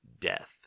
death